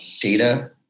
data